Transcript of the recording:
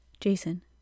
Jason